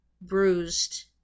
bruised